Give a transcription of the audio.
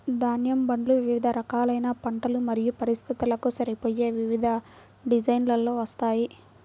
ధాన్యం బండ్లు వివిధ రకాలైన పంటలు మరియు పరిస్థితులకు సరిపోయే వివిధ డిజైన్లలో వస్తాయి